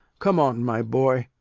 come on, my boy.